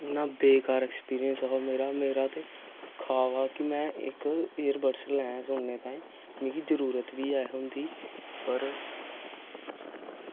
इन्ना बेकार एक्सपीरियंस हा मेरा मेरा ते खास हा हा कि में इक ईयरबर्डस लै दा हा सुनने ताहीं मिगी जरूरत बी ऐही उंदी पर